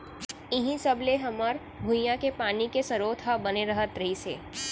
इहीं सब ले हमर भुंइया के पानी के सरोत ह बने रहत रहिस हे